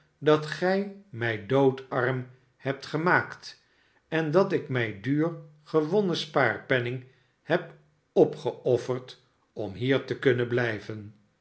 dat gij mij doodarm hebt gemaakt en dat ik mijn duur gewonnen spaarpenning heb opgeofferd om hier te kunnen blij